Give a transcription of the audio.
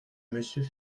monsieur